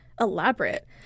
elaborate